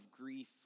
grief